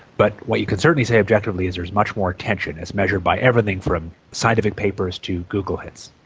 but what you can certainly say definitely is there's much more attention, it's measured by everything from scientific papers to google hits.